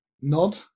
Nod